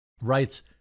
writes